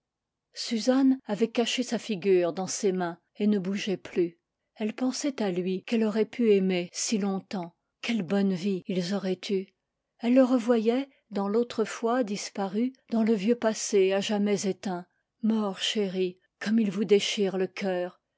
suzanne avait caché sa figure dans ses mains et ne bougeait plus elle pensait à lui qu'elle aurait pu aimer si longtemps quelle bonne vie ils auraient eue elle le revoyait dans l'autrefois disparu dans le vieux passé à jamais éteint morts chéris comme ils vous déchirent le cœur